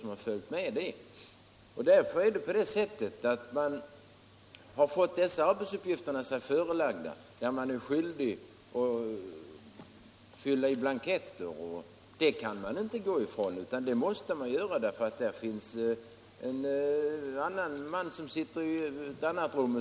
Man har förelagts nya arbetsuppgifter, som kräver att man fyller i blanketter, och dessa uppgifter kan man inte gå ifrån.